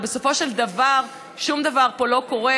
ובסופו של דבר שום דבר פה לא קורה,